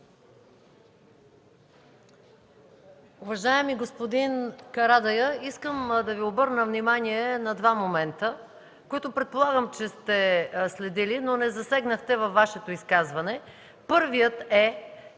Уважаеми господин Карадайъ, искам да Ви обърна внимание на два момента, които предполагам сте следили, но не засегнахте във Вашето изказване. Първият е,